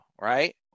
right